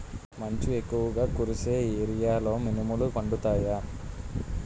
మంచు ఎక్కువుగా కురిసే ఏరియాలో మినుములు పండుతాయా?